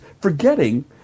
forgetting